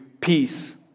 peace